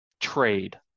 trade